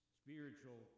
spiritual